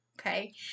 okay